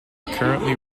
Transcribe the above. currently